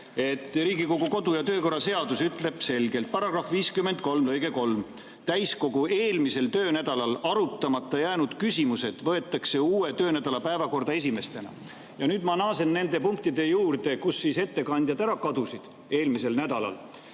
Riigikogu kodu- ja töökorra seadus ütleb selgelt, § 53 lõige 3: täiskogu eelmisel töönädalal arutamata jäänud küsimused võetakse uue töönädala päevakorda esimestena. Ja nüüd ma naasen nende punktide juurde, kust ettekandjad ära kadusid eelmisel nädalal